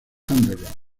underground